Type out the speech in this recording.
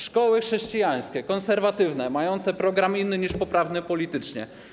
Szkoły chrześcijańskie, konserwatywne, mające program inny niż poprawny politycznie.